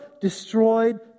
destroyed